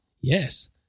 Yes